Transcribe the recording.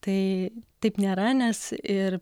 tai taip nėra nes ir